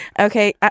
Okay